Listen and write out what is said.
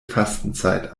fastenzeit